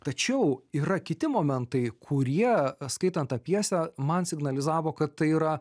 tačiau yra kiti momentai kurie skaitant tą pjesę man signalizavo kad tai yra